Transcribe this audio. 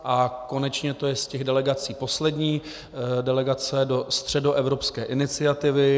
A konečně z těch delegací poslední delegace do Středoevropské iniciativy.